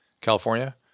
California